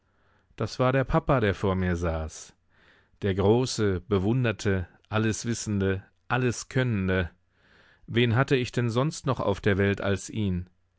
das war der papa der vor mir saß der große bewunderte alleswissende alleskönnende wen hatte ich denn sonst noch auf der welt als ihn